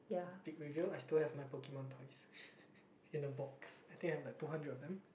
big reveal I still have my Pokemon toys in a box I think I have like about two hundred of them